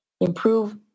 Improve